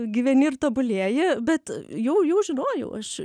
gyveni ir tobulėji bet jau jau žinojau aš